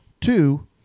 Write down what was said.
Two